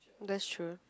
that's true